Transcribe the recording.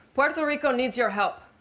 puerto rico needs your help.